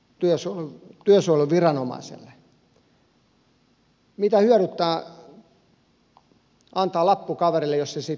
mitä hyödyttää antaa lappu kaverille jos ei siitä kuitenkaan voida ilmoittaa eteenpäin